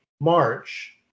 March